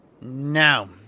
Now